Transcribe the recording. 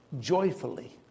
joyfully